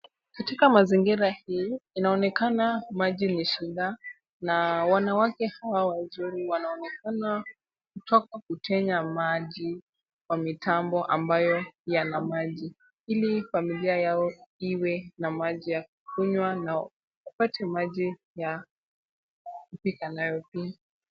Katika mazingira hii, inaonekana maji ni shida na wanawake hawa wazuri wanaonekana kutoka kutenya maji kwa mitambo ambayo yana maji ili familia yao iwe na maji ya kunywa na wapate maji ya kupika nayo pia.